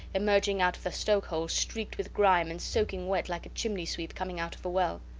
emerging out of the stokehold streaked with grime and soaking wet like a chimney-sweep coming out of a well.